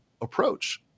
approach